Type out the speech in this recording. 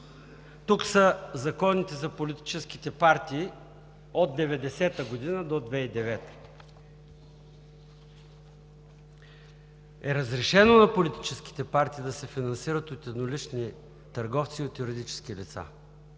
тук са законите за политическите партии, от 1990 г. до 2009 г. е разрешено на политическите партии да се финансират от еднолични търговци и от юридически лица.